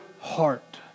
heart